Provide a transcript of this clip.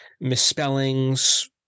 misspellings